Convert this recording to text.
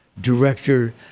director